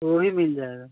वह भी मिल जाएगा